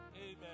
Amen